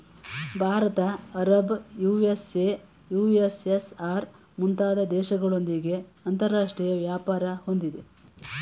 Bharat Arab, USA, USSR, ಮುಂತಾದ ದೇಶಗಳೊಂದಿಗೆ ಅಂತರಾಷ್ಟ್ರೀಯ ವ್ಯಾಪಾರ ಹೊಂದಿದೆ